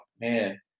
man